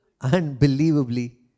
unbelievably